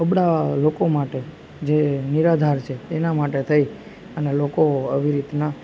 અબળા લોકો માટે જે નિરાધાર છે એના માટે થઈ અને લોકો આવી રીતના